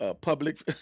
public